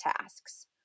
tasks